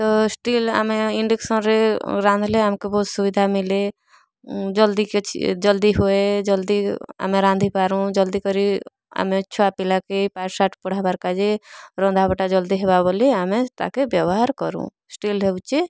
ତ ଷ୍ଟିଲ୍ ଆମେ ଇଣ୍ଡକ୍ସନ୍ରେ ରାନ୍ଧଲେ ଆମକେ ସୁବିଧା ମିଲେ ଜଲ୍ଦି କିଛି ଜଲ୍ଦି ହୁଏ ଜଲ୍ଦି ଆମେ ରାନ୍ଧି ପାରୁଁ ଜଲ୍ଦି କରି ଆମେ ଛୁଆ ପିଲାକେ ପାଠ ସାଠ ପଢ଼ାବାର୍ କା ଯେ ରନ୍ଧା ବଟା ଜଲ୍ଦି ହେବା ବୋଲି ଆମେ ତାକେ ବ୍ୟବହାର କରୁଁ ଷ୍ଟିଲ୍ ହେଉଛି